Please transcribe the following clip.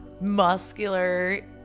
muscular